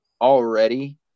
already